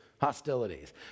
hostilities